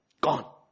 Gone